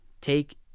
Take